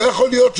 כמו שאמרת,